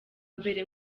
mbere